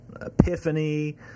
Epiphany